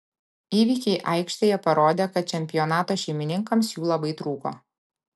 įvykiai aikštėje parodė kad čempionato šeimininkams jų labai trūko